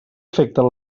afecten